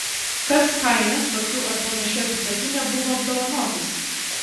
kas kaime tokiu ar panašiu epitetu nebuvo apdovanotas